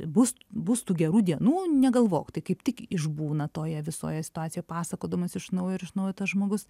bus bus tų gerų dienų negalvok tai kaip tik išbūna toje visoje situacijoje pasakodamas iš naujo ir iš naujo tas žmogus